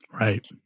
right